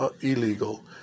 illegal